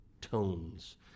tones